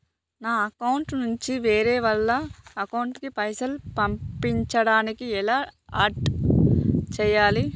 నా అకౌంట్ నుంచి వేరే వాళ్ల అకౌంట్ కి పైసలు పంపించడానికి ఎలా ఆడ్ చేయాలి?